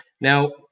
Now